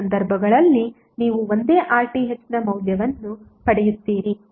ಎರಡೂ ಸಂದರ್ಭಗಳಲ್ಲಿ ನೀವು ಒಂದೇ RThನ ಮೌಲ್ಯವನ್ನು ಪಡೆಯುತ್ತೀರಿ